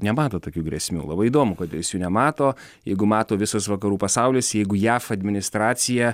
nemato tokių grėsmių labai įdomu kad jis nemato jeigu mato visas vakarų pasaulis jeigu jav administracija